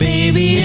Baby